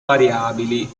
variabili